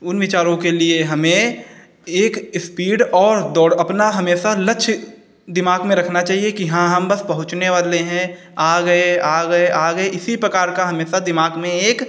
उन विचारों के लिए हमें एक इस्पीड और दौड़ अपना हमेशा लक्ष्य दिमाग में रखना चाहिए कि हाँ हम बस पहुँचने वाले हैं आ गए आ गए आ गए इसी प्रकार का हमेशा दिमाग में एक